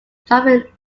driven